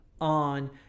on